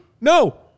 No